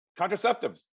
contraceptives